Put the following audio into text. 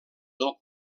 del